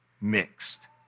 mixed